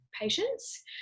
patients